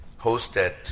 hosted